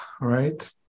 right